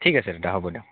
ঠিক আছে দাদা হ'ব দিয়ক